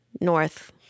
north